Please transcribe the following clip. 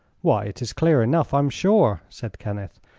why, it is clear enough, i'm sure, said kenneth.